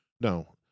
No